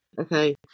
Okay